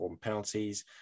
penalties